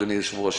אדוני היושב-ראש,